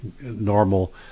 normal